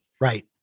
Right